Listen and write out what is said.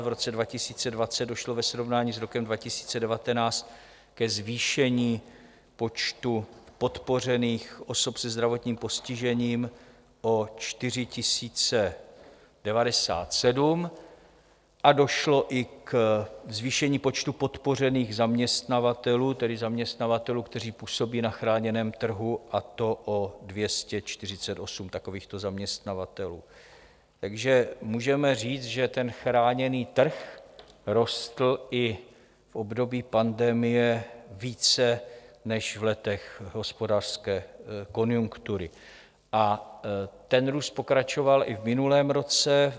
V roce 2020 došlo ve srovnání s rokem 2019 ke zvýšení počtu podpořených osob se zdravotním postižením o 4 097 a došlo i ke zvýšení počtu podpořených zaměstnavatelů, tedy zaměstnavatelů, kteří působí na chráněném trhu, a to o 248 takovýchto zaměstnavatelů, takže můžeme říct, že chráněný trh rostl i v období pandemie více než v letech hospodářské konjunktury a ten růst pokračoval i v minulém roce.